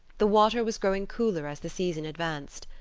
the water was growing cooler as the season advanced.